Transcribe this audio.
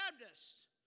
Baptist